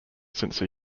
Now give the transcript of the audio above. since